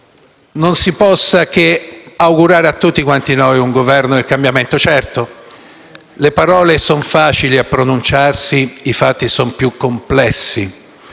non si possa che augurare a tutti quanti noi un Governo del cambiamento. Certo, le parole sono facili a pronunciarsi, i fatti sono più complessi,